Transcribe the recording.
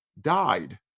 died